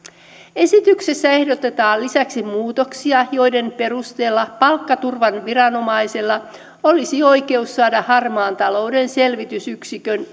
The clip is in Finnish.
esityksessä ehdotetaan lisäksi muutoksia joiden perusteella palkkaturvaviranomaisella olisi oikeus saada harmaan talouden selvitysyksikön